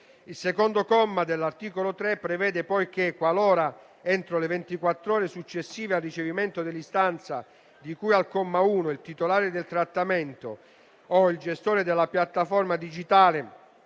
Il secondo comma dell'articolo 3 prevede poi che, qualora entro le ventiquattro ore successive al ricevimento dell'istanza di cui al comma 1, il titolare del trattamento o il gestore della piattaforma digitale